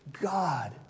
God